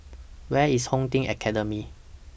Where IS Home Team Academy